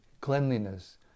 cleanliness